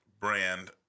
brand